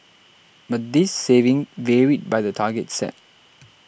but this saving varied by the targets set